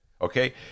okay